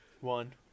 One